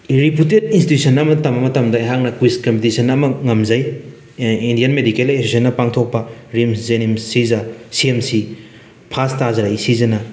reputed institution ꯑꯃꯗ ꯇꯝꯕ ꯃꯇꯝꯗ ꯑꯩꯍꯥꯛꯅ ꯀꯨꯏꯖ ꯀꯝꯄꯤꯇꯤꯁꯟ ꯑꯃ ꯉꯝꯖꯩ ꯏꯟꯗꯤꯌꯟ ꯃꯦꯗꯤꯀꯦꯜ ꯑꯦꯁꯣꯁꯤꯌꯦꯁꯟꯅ ꯄꯥꯡꯊꯣꯛꯄ ꯔꯤꯝꯁ ꯖꯦꯅꯤꯝꯁ ꯁꯤꯖ ꯁꯤ ꯑꯦꯝ ꯁꯤ ꯐꯥꯔꯁ ꯇꯥꯖꯔꯛꯏ ꯁꯤꯖꯅ